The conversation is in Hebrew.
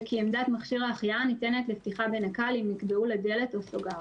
וכי עמדת מכשיר ההחייאה ניתנת לפתיחה בנקל אם נקבעו לה דלת או סוגר.